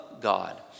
God